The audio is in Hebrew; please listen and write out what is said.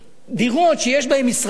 דירות שיש בהן משרדים,